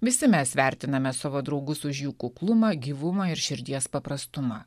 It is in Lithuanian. visi mes vertiname savo draugus už jų kuklumą gyvumą ir širdies paprastumą